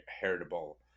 heritable